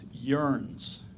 yearns